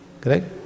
Correct